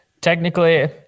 Technically